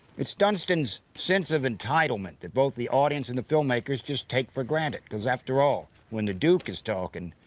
it's dunston's sense of entitlement that both the audience and the film-makers just take for granted because after all, when the duke is talking,